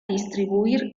distribuir